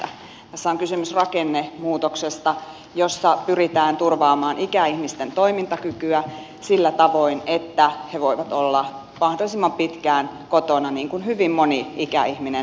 tässä on kysymys rakennemuutoksesta jossa pyritään turvaamaan ikäihmisten toimintakykyä sillä tavoin että he voivat olla mahdollisimman pitkään kotona niin kuin hyvin moni ikäihminen itse toivoo